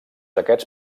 aquests